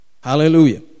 Hallelujah